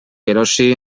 erosi